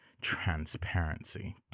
transparency